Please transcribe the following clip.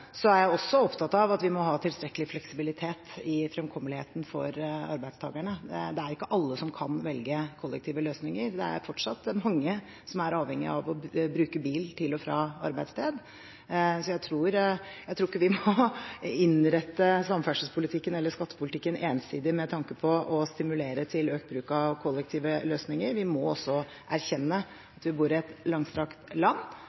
er jeg også opptatt av at vi må ha tilstrekkelig fleksibilitet i fremkommeligheten for arbeidstakerne. Det er ikke alle som kan velge kollektive løsninger. Det er fortsatt mange som er avhengig av å bruke bil til og fra arbeidsstedet. Så jeg tror ikke vi må innrette samferdselspolitikken eller skattepolitikken ensidig med tanke på å stimulere til økt bruk av kollektive løsninger. Vi må også erkjenne at vi bor i et langstrakt land,